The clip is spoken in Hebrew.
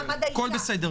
יש להם ועדה למעמד האשה.